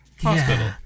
Hospital